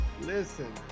listen